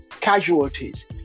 casualties